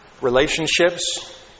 Relationships